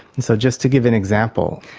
and so just to give an example,